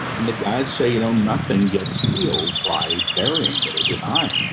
and the guides say, you know, nothing gets healed by burying that or denying